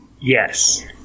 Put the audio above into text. Yes